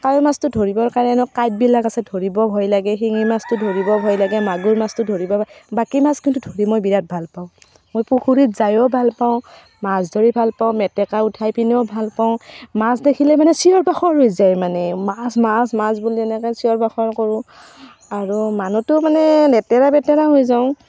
কাৱৈ মাছটো ধৰিবৰ কাৰণে কাঁইটবিলাক আছে ধৰিব ভয় লাগে শিঙি মাছটো ধৰিব ভয় লাগে মাগুৰ মাছটো ধৰিব বাকী মাছ কিন্তু ধৰি মই বিৰাট ভাল পাওঁ মই পুখুৰীত যাইয়ো ভাল পাওঁ মাছ ধৰি ভাল পাওঁ মেটেকা উঠাই পিনেয়ো ভাল পাওঁ মাছ দেখিলে মানে চিঞৰ বাখৰ হৈ যায় মানে মাছ মাছ মাছ বুলি এনেকৈ চিঞৰ বাখৰ কৰোঁ আৰু মানুহটো মানে লেতেৰা পেতেৰা হৈ যাওঁ